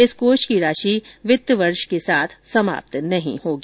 इस कोष की राशि वित्तवर्ष के साथ समाप्त नहीं होंगी